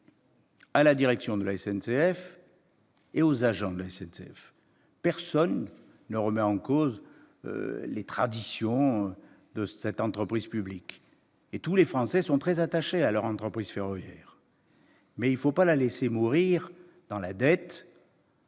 à la direction de la SNCF ? Personne ne remet en cause les traditions de cette entreprise publique. Tous les Français sont très attachés à leur entreprise ferroviaire. Mais il ne faut pas la laisser mourir sous la dette,